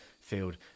field